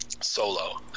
solo